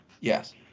yes